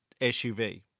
SUV